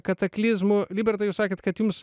kataklizmų libertai jūs sakėt kad jums